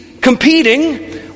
competing